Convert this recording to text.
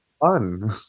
fun